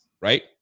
right